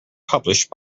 published